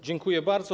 Dziękuję bardzo.